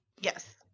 yes